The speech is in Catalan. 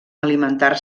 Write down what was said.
alimentar